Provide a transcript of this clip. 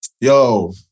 Yo